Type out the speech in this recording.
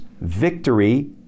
victory